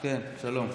שלום.